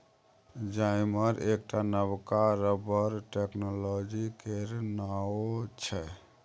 जाइमर एकटा नबका रबर टेक्नोलॉजी केर नाओ छै